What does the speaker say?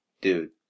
Dude